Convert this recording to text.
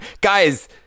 Guys